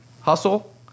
Hustle